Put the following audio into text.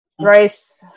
Rice